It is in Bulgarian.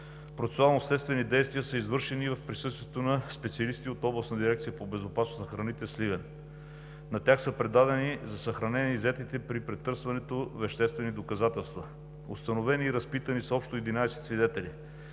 процесуално-следствени действия са извършени и в присъствието на специалисти от Областната дирекция по безопасност на храните – Сливен. На тях са предадени за съхранение иззетите при претърсването веществени доказателства. Установени и разпитани са общо 11 свидетели.